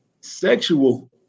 sexual